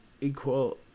equal